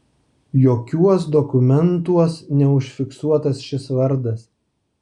jokiuos dokumentuos neužfiksuotas šis vardas